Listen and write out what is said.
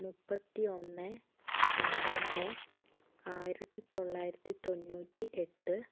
മുപ്പത്തി ഒന്ന് പന്ത്രണ്ട് ആയിരത്തി തൊള്ളായിരത്തി തൊണ്ണൂറ്റി എട്ട്